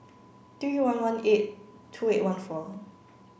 three one one eight two eight one four